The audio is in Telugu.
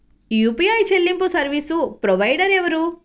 యూ.పీ.ఐ చెల్లింపు సర్వీసు ప్రొవైడర్ ఎవరు?